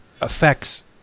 affects